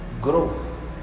growth